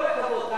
כל הכבוד.